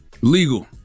Legal